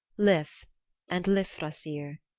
lif and lifthrasir.